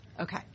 Okay